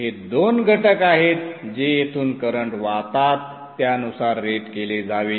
हे दोन घटक आहेत जे येथून करंट वाहतात त्यानुसार रेट केले जावे